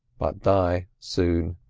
but die soon.